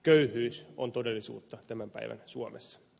köyhyys on todellisuutta tämän päivän suomessa